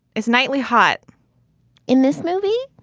is nightly hot in this movie?